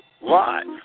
live